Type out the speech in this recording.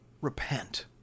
repent